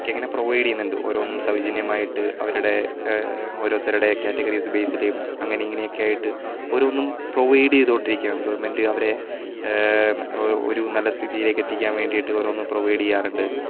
ഒക്കെ അങ്ങനെ പ്രൊവൈഡ് ചെയ്യുന്നുണ്ട് ഓരോന്നും സൗജന്യമായിട്ട് അവരുടെ ഓരോരുത്തരുടെ കാറ്റഗറിസ് ബേസിലും അങ്ങനെ ഇങ്ങനെ ഒക്കെ ആയിട്ട് ഓരോന്നും പ്രൊവൈഡ് ചെയ്തുകൊണ്ടിരിക്കയാണ് ഗവൺമെന്റ് അവരെ ഒരു നല്ല സ്ഥിതിയിലേക്ക് എത്തിക്കാൻ വേണ്ടിട്ട് ഓരോന്നും പ്രൊവൈഡ് ചെയ്യാറുണ്ട്